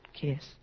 kiss